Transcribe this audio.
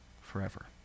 forever